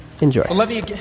Enjoy